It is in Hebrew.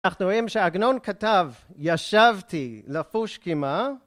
אנחנו רואים שהגנון כתב ישבתי לפוש כמעה